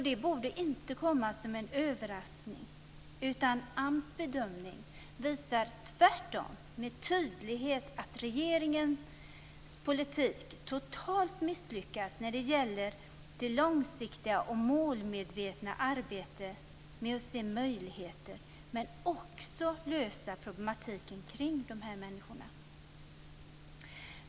Det borde inte komma som en överraskning, utan AMS bedömning visar tvärtom tydligt att regeringens politik totalt misslyckats när det gäller det långsiktiga och målmedvetna arbetet med att se möjligheter men också att lösa problemen kring dessa människor.